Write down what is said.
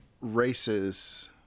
races